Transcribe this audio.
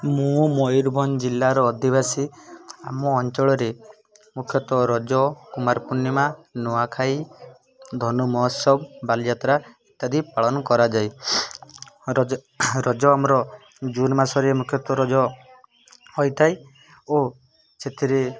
ମୁଁ ମୟୂରଭଞ୍ଜ ଜିଲ୍ଲାର ଅଧିବାସୀ ଆମ ଅଞ୍ଚଳରେ ମୁଖ୍ୟତଃ ରଜ କୁମାରପୂର୍ଣ୍ଣିମା ନୂଆଖାଇ ଧନୁ ମହୋତ୍ସବ ବାଲିଯାତ୍ରା ଇତ୍ୟାଦି ପାଳନ କରାଯାଏ ରଜ ରଜ ଆମର ଜୁନ ମାସରେ ମୁଖ୍ୟତଃ ରଜ ହୋଇଥାଏ ଓ ସେଥିରେ